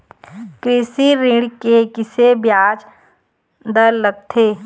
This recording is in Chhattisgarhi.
कृषि ऋण के किसे ब्याज दर लगथे?